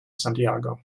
santiago